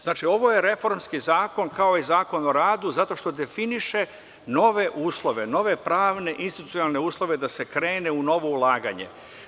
Znači, ovo je reformski zakon kao i Zakon o radu zato što definiše nove uslove, nove pravne i institucionalne uslove da se krene u novo ulaganje.